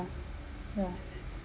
yeah